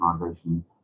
Organization